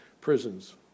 prisons